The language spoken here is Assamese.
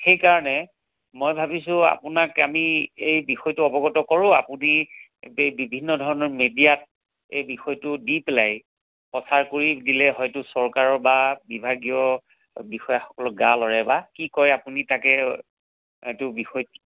সেইকাৰণে মই ভাবিছোঁ আপোনাক আমি এই বিষয়টো অৱগত কৰোঁ আপুনি বিভিন্ন ধৰণৰ মিডিয়াক এই বিষয়টো দি পেলাই কথা কৈ দিলে হয়তো চৰকাৰৰ বা বিভাগীয় বিষয়াসকলৰ গা লৰে বা কি কৰে আপুনি তাকে এইটো বিষয়ে